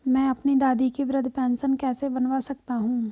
मैं अपनी दादी की वृद्ध पेंशन कैसे बनवा सकता हूँ?